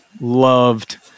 loved